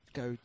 go